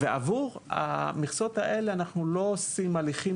ועבור המכסות האלה אנחנו לא עושים הליכים